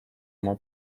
oma